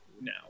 now